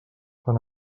fan